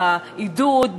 בעידוד,